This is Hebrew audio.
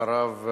אחריו,